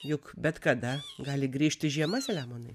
juk bet kada gali grįžti žiema selemonai